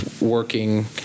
working